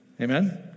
Amen